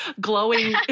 glowing